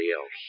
else